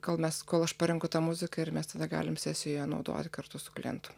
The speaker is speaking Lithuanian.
kol mes kol aš parenku tą muziką ir mes tada galim sesijoj ją naudoti kartu su klientu